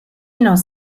knows